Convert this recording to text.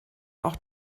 auch